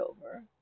over